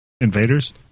Invaders